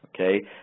okay